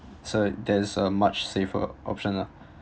so there's a much safer option lah